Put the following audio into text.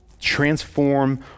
Transform